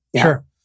sure